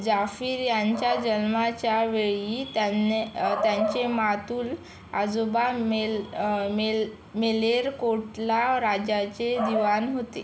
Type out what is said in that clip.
जाफरी यांच्या जन्माच्या वेळी त्याने त्यांचे मातुल आजोबा मेल मेल मेलेरकोटला राज्याचे दिवाण होते